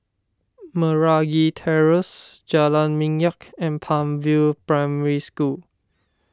Meragi Terrace Jalan Minyak and Palm View Primary School